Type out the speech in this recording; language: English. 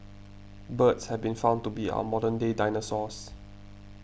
birds have been found to be our modern day dinosaurs